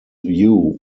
hue